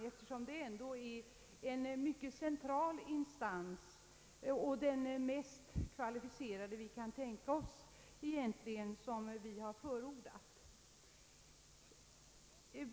Vi har dock förordat en mycket central instans och den mest kvalificerade riksdagen har.